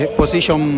position